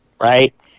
right